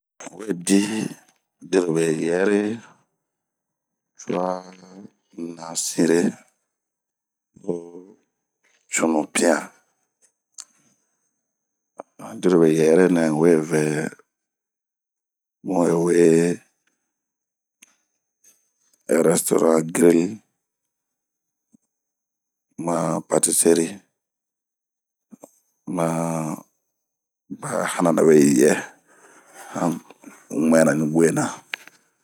n'we di dirobeyɛre cuana sinre, hoo cunupian handirobe yɛrenɛ n'we ŋɛ a rɛstoran grili mapatiseri ma ba hana nɛweyɛ.